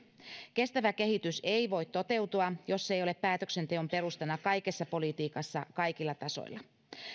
kestävä kehitys ei voi toteutua jos se ei ole päätöksenteon perustana kaikessa politiikassa kaikilla tasoilla